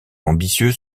ambitieux